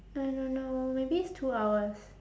I don't know maybe it's two hours